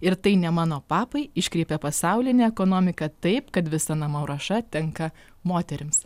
ir tai ne mano papai iškreipia pasaulinę ekonomiką taip kad visa namų ruoša tenka moterims